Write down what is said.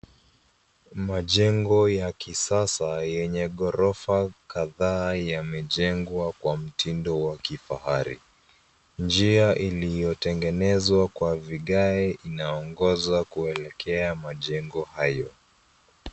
Majengo ya kisasa yenye ghorofa kadhaa yamejengwa kwa mtindo wa kifahari. Njia iliyotengenezwa kwa vigae inaongoza kuelekea majengo hayo.